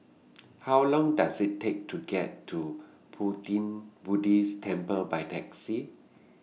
How Long Does IT Take to get to Pu Ting Pu Ti Buddhist Temple By Taxi